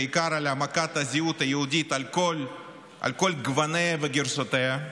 בעיקר להעמקת הזהות היהודית על כל על כל גווניה וגרסותיה,